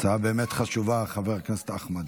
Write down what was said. הצעה חשובה באמת, חבר הכנסת אחמד.